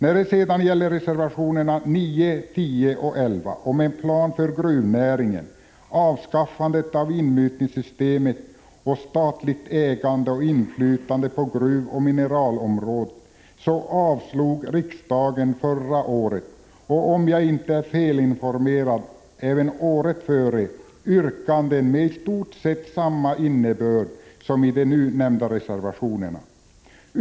När det gäller reservationerna 9, 10, 11 om en plan för gruvnäringen, avskaffandet av inmutningssystemet och statligt ägande och inflytande på gruvoch mineralområdet, avslog riksdagen förra året, och om jag inte är felinformerad även året dessförinnan, yrkanden med i stort sett samma innebörd som i de nu nämnda reservationerna.